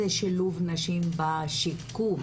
זה שילוב נשים בשיקום